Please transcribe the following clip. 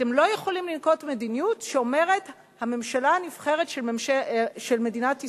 אתם לא יכולים לנקוט מדיניות שאומרת: הממשלה הנבחרת של מדינת ישראל,